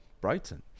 Brighton